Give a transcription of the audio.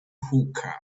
hookah